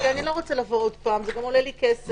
אני לא רוצה לבוא שוב זה גם עולה לי כסף.